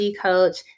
coach